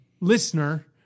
listener